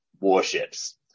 warships